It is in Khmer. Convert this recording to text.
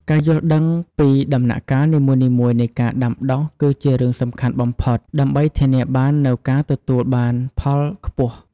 ការយល់ដឹងពីដំណាក់កាលនីមួយៗនៃការដាំដុះគឺជារឿងសំខាន់បំផុត ដើម្បីធានាបាននូវការទទួលបានផលខ្ពស់។